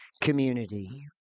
community